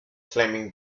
claiming